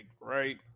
right